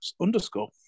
underscore